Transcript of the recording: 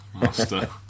master